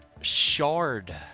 Shard